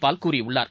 பால் கூறியுள்ளார்